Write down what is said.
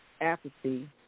apathy